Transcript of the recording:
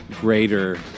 greater